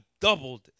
doubled